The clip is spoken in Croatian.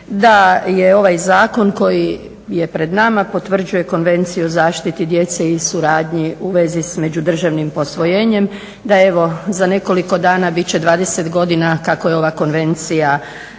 da je ovaj zakon koji je pred nama potvrđuje Konvenciju o zaštiti djece i suradnje u vezi s međudržavnim posvojenjem, da evo za nekoliko dana biti će 20 godina kako je ova Konvencija